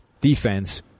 defense